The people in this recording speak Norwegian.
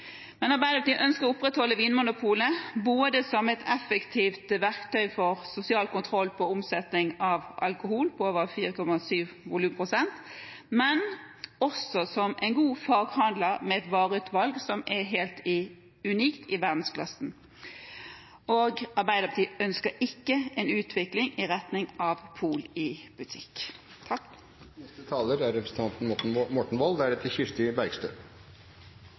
Men det å handle på nettet er ikke det samme som å få lov til å oppsøke et fysisk vinmonopol. Arbeiderpartiet ønsker å opprettholde Vinmonopolet, som et effektivt verktøy for sosial kontroll på omsetning av alkohol på over 4,7 volumprosent, men også som en god faghandel med et vareutvalg som er helt unikt, i verdensklassen. Arbeiderpartiet ønsker ikke en utvikling i retning av pol i butikk.